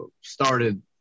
Started